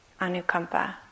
Anukampa